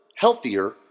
Healthier